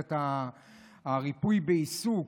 ממשלת הריפוי בעיסוק,